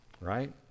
right